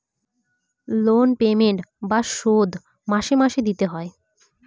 loan payment বা শোধ মাসে মাসে দিতে হয়